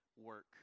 work